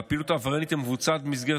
והפעילות העבריינית המבוצעת במסגרת